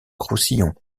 roussillon